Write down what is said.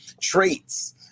traits